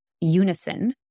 unison